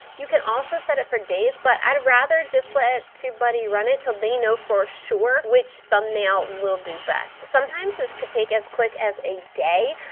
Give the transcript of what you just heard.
you can also set it for days but i'd rather just let tubebuddy run it til they know for sure which thumbnail will do best. sometimes this could take as quick as a day,